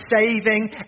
saving